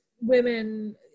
women